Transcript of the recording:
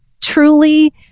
truly